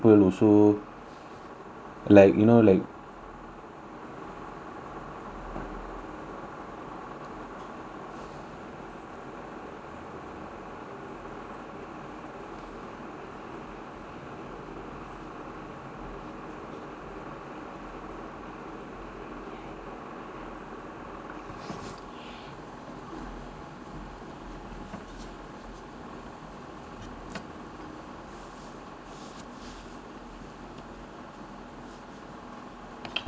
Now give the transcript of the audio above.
like you know like mm okay